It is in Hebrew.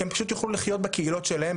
כי הם פשוט יוכלו לחיות בקהילות שלהם,